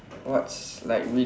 what like we